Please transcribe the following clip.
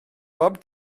bob